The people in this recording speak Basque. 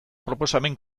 proposamen